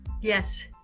yes